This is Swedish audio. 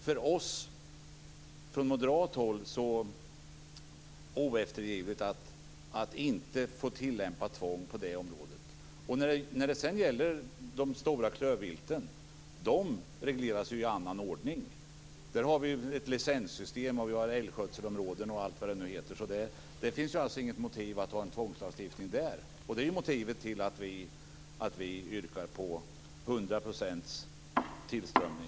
Från moderat håll är detta oeftergivligt - man får inte tillämpa tvång på det området. De stora klövvilten regleras i annan ordning. Där har vi ett licenssystem, älgskötselområden och allt vad det nu heter. Det finns alltså inget motiv att ha en tvångslagstiftning där. Det är motivet till att vi yrkar på 100 % tillströmning.